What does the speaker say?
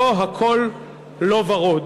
לא, הכול לא ורוד.